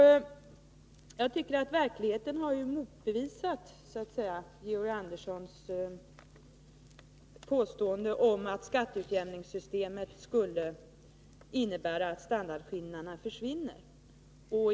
Jag tycker att verkligheten har motbevisat Georg Anderssons påstående om att skatteutjämningssystemet skulle innebära att standardskillnaderna försvinner.